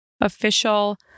official